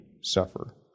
suffer